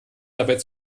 dabei